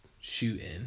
shooting